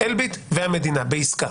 אלביט והמדינה בעסקה.